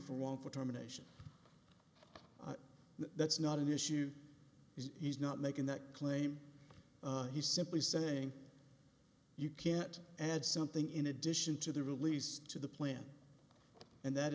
for one for termination that's not an issue he's not making that claim he's simply saying you can't add something in addition to the release to the plant and that